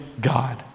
God